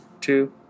two